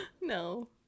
No